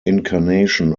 incarnation